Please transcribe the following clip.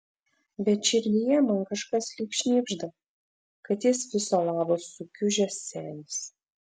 bet širdyje man kažkas lyg šnibžda kad jis viso labo sukiužęs senis